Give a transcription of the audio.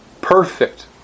perfect